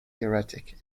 erratic